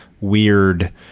weird